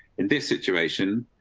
in this situation,